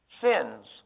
sins